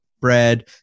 bread